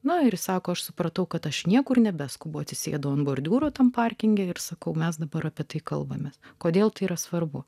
na ir sako aš supratau kad aš niekur nebeskubu atsisėdo ant bordiūro tam parkinge ir sakau mes dabar apie tai kalbamės kodėl tai yra svarbu